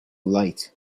light